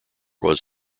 was